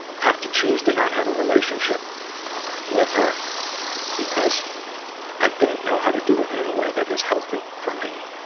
have to choose to not have a relationship with her because i don't know how to do it in a way that is healthy for me,